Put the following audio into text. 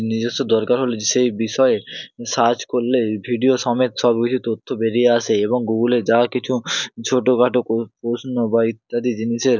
নিজস্ব দরকার হলে যে সেই বিষয়ে সার্চ করলে ভিডিও সমেত সব কিছু তথ্য বেরিয়ে আসে এবং গুগুলে যা কিছু ছোটখাটো প্রশ্ন বা ইত্যাদি জিনিসের